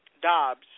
Dobbs